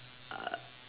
uh